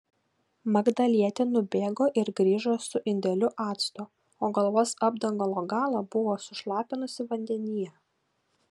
magdalietė nubėgo ir grįžo su indeliu acto o galvos apdangalo galą buvo sušlapinusi vandenyje